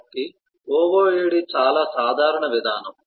కాబట్టి OOAD చాలా సాధారణ విధానం